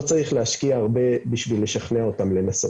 לא צריך להשקיע הרבה בשביל לשכנע אותם לנסות.